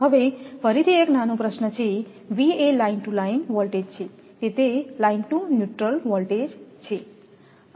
હવે ફરીથી એક નાનો પ્રશ્ન છે V એ લાઈન ટુ લાઇન વોલ્ટેજ છે કે તે લાઇન ટુ ન્યુટ્રલ વોલ્ટેજ છે